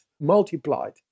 multiplied